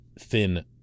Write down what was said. thin